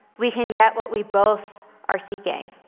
we can get what we both are seeking.